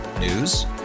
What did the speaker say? News